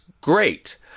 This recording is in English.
great